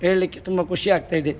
ಹೇಳ್ಳಿಕ್ಕೆ ತುಂಬ ಖುಷಿಯಾಗ್ತಾಯಿದೆ